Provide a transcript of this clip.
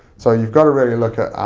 so you've got to really look at